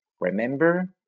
remember